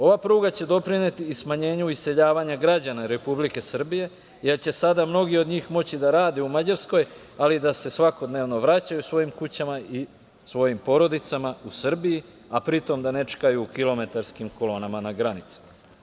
Ova pruga će doprineti i smanjenju iseljavanja građana Republike Srbije, jer će sada mnogi od njih moći da rade u Mađarskoj, ali i da se svakodnevno vraćaju svojim kućama i svojim porodicama u Srbiji, a pri tom da ne čekaju u kilometarskim kolonama na granici.